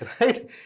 right